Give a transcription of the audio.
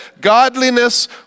godliness